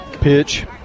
pitch